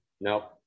no